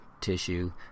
tissue